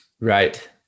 Right